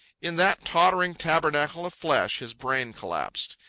in that tottering tabernacle of flesh, his brain collapsed.